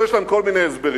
יש להם כל מיני הסברים.